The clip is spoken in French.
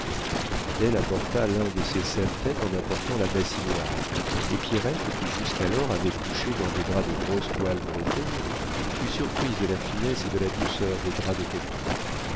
adèle apporta l'un de ses serre-tête en apportant la bassinoire et pierrette qui jusqu'alors avait couché dans des draps de grosse toile bretonne fut surprise de la finesse et de la douceur des draps de coton